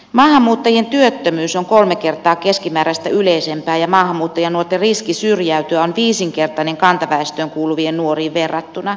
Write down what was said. maahanmuuttajien työttömyys on kolme kertaa keskimääräistä yleisempää ja maahanmuuttajanuorten riski syrjäytyä on viisinkertainen kantaväestöön kuuluviin nuoriin verrattuna